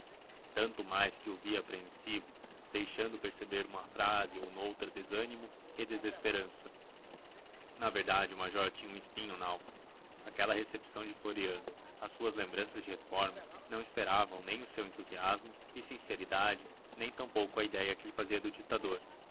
tanto mais que o via apreensivo deixando perceber numa frase e noutra o desânimo e desesperança na verdade o major tinha um espinho nalma aquela recepção de floriano às suas lembranças de reformas não esperavam nem o seu entusiasmo e sinceridade nem tampouco a idéia que ele fazia do ditador